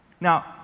Now